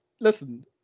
listen